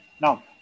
Now